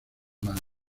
mano